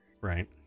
Right